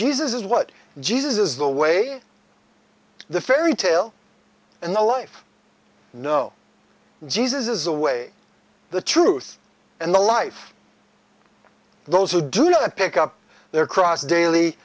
jesus is what jesus is the way the fairy tale and the life no jesus is the way the truth and the life those who do not pick up their cross daily